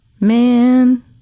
Man